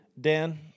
Dan